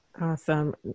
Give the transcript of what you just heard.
Awesome